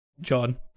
John